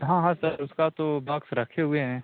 हाँ हाँ सर उसका तो बाक्स रखे हुए हैं